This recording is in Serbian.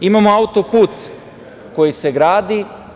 Imamo autoput koji se gradi.